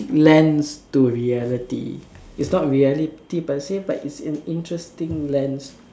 lens to reality is not reality per se its an interesting lens